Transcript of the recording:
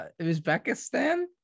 Uzbekistan